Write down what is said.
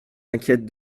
inquiète